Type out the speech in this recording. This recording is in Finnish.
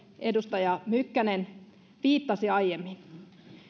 edustaja mykkänen viittasi aiemmin